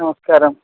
നമസ്കാരം